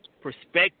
perspective